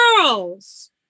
girls